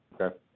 Okay